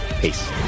Peace